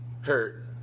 hurt